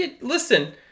listen